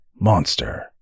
Monster